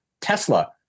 Tesla